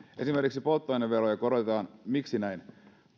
esimerkiksi polttoaineveroja korotetaan miksi näin